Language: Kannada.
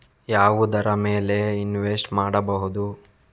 ಯಾವುದರ ಮೇಲೆ ಇನ್ವೆಸ್ಟ್ ಮಾಡಬಹುದು?